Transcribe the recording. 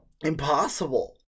impossible